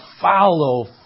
follow